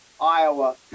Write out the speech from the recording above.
Iowa